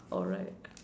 alright